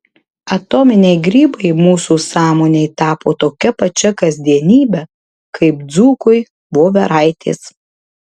atominiai grybai mūsų sąmonei tapo tokia pačia kasdienybe kaip dzūkui voveraitės